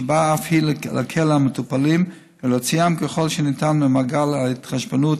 שבאה אף היא להקל על המטופלים ולהוציאם ככל שניתן ממעגל ההתחשבנות,